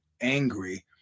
angry